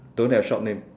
don't have shop name